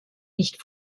nicht